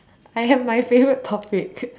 I am my favourite topic